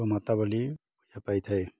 ଗୋମାତା ବୋଲି ବୋଲି ପୂଝା ପାଇଥାଏ